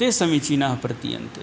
ते समीचीनाः प्रतीयन्ते